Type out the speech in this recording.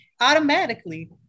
automatically